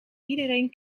iedereen